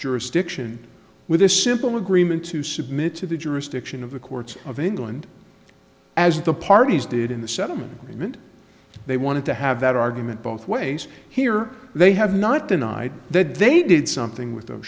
jurisdiction with a simple agreement to submit to the jurisdiction of the courts of england as the parties did in the settlement agreement they wanted to have that argument both ways here they have not denied that they did something with th